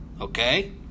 okay